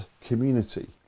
community